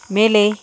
மேலே